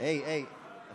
הסתייגות 1 לא נתקבלה.